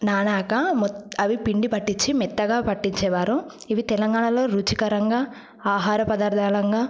నానాక మెత్త అవి పిండి పట్టించి మెత్తగా పట్టించేవారు ఇవి తెలంగాణలో రుచికరంగా ఆహార పదార్థాలుగా